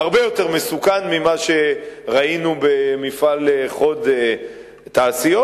זה הרבה יותר מסוכן ממה שראינו במפעל "חוד תעשיות",